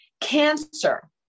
Cancer